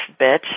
bitch